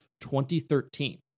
2013